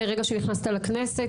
מרגע שנכנסת לכנסת,